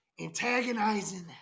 Antagonizing